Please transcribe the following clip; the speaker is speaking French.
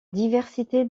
diversité